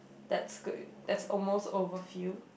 that's good that's almost overfill